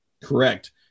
Correct